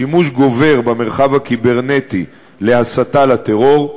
שימוש גובר במרחב הקיברנטי להסתה לטרור,